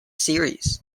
series